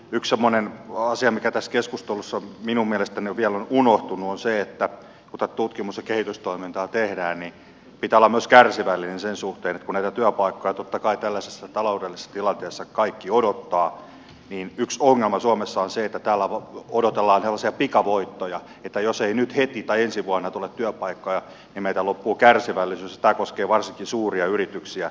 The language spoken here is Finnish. yksi semmoinen asia mikä tässä keskustelussa minun mielestäni vielä on unohtunut on se että kun tätä tutkimus ja kehitystoimintaa tehdään pitää olla myös kärsivällinen sen suhteen että kun näitä työpaikkoja totta kai tällaisessa taloudellisessa tilanteessa kaikki odottavat niin yksi ongelma suomessa on se että täällä odotellaan sellaisia pikavoittoja että jos ei nyt heti tai ensi vuonna tule työpaikkoja niin meiltä loppuu kärsivällisyys ja tämä koskee varsinkin suuria yrityksiä